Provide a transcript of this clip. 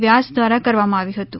વ્યાસ દ્વારા કરવામા આવ્યુ હતુ